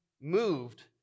moved